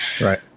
Right